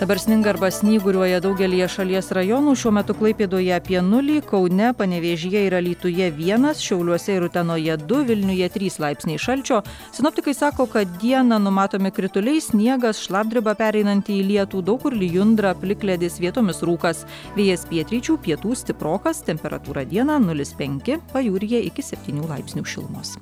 dabar sninga arba snyguriuoja daugelyje šalies rajonų šiuo metu klaipėdoje apie nulį kaune panevėžyje ir alytuje vienas šiauliuose ir utenoje du vilniuje trys laipsniai šalčio sinoptikai sako kad dieną numatomi krituliai sniegas šlapdriba pereinanti į lietų daug kur lijundra plikledis vietomis rūkas vėjas pietryčių pietų stiprokas temperatūra dieną nulis penki pajūryje iki septynių laipsnių šilumos